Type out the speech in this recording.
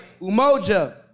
Umoja